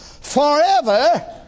forever